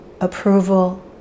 approval